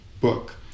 book